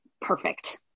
perfect